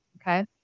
Okay